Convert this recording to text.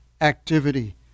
activity